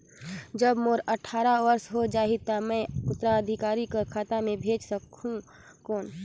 जब मोर अट्ठारह वर्ष हो जाहि ता मैं उत्तराधिकारी कर खाता मे भेज सकहुं कौन?